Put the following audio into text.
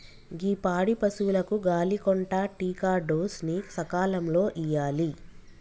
గీ పాడి పసువులకు గాలి కొంటా టికాడోస్ ని సకాలంలో ఇయ్యాలి